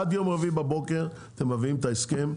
עד יום רביעי בבוקר אתם מביאים את ההסכם,